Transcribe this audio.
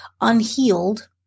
unhealed